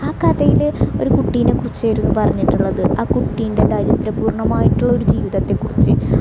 ആ കഥയിൽ ഒരു കുട്ടീനെ കുറിച്ചു ഒരു പറഞ്ഞിട്ടുള്ളത് ആ കുട്ടീൻ്റെ ദരിദ്ര പൂർണ്ണമായിട്ടുള്ളൊരു ജീവിതത്തെക്കുറിച്ച്